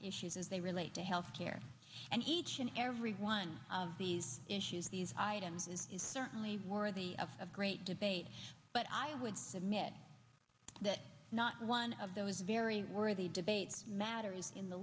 issues as they relate to health care and each and every one of these issues these items it is certainly worthy of a great debate but i would submit that not one of those very worthy debate matter is in the